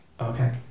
Okay